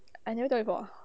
I never told you before